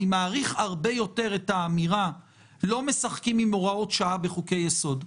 אני מעריך הרבה יותר את האמירה שלא משחקים עם הוראות שעה בחוקי-יסוד,